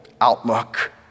outlook